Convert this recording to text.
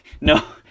no